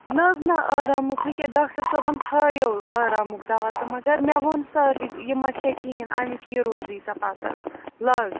نہَ حظ نہَ آرامُک نہٕ کیٚنٛہہ ڈاکٹر صٲبَن تھاوِو آرامُک دَوا تہٕ مگر مےٚ ووٚن سارِوٕے یہِ مٔہ کھٮ۪ے کِہیٖنۍ اَمیُک یہِ روزی ژےٚ پَتہٕ لگ